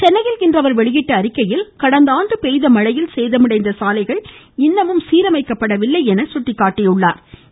சென்னையில் இன்று அவர் வெளியிட்டுள்ள அறிக்கையில் கடந்தாண்டு பெய்த மழையில் சேதமடைந்த சாலைகள் இன்னும் சீரமைக்கப்படவில்லை என்று சுட்டிக்காட்டினாா்